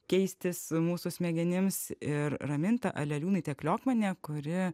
keistis mūsų smegenims ir raminta aleliūnaitė kliokmanė kuri